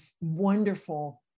wonderful